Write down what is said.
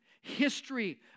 history